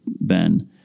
Ben